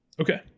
Okay